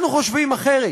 אנחנו חושבים אחרת: